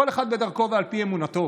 כל אחד בדרכו ועל פי אמונתו.